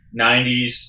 90s